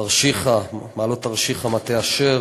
מעלות-תרשיחא ומטה-אשר,